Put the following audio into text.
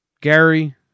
Gary